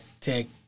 take